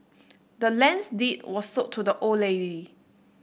the land's deed was sold to the old lady